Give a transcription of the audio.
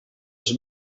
els